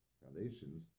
foundations